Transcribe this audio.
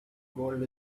gold